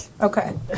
Okay